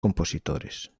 compositores